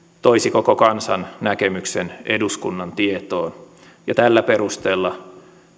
toisi koko kansan näkemyksen eduskunnan tietoon ja tällä perusteella